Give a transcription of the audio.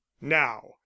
now